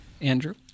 Andrew